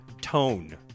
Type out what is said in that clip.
tone